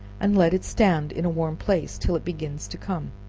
and let it stand in a warm place till it begins to come,